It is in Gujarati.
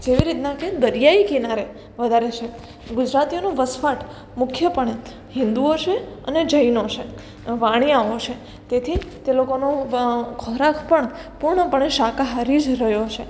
જેવી રીતના કે દરિયાઈ કિનારે વધારે છે ગુજરાતીઓનો વસવાટ મુખ્યપણે હિન્દુઓ છે અને જૈનો છે અને વણિયાઓ છે તેથી તે લોકોનો વ ખોરાક પણ પૂર્ણપણે શાકાહારી જ રહ્યો છે